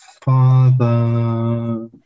Father